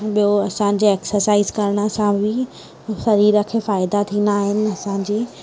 ॿियो असांजे एक्सर्साइज़ करणु सां बि शरीर खे फ़ाइदा थींदा आहिनि असांजी